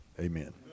Amen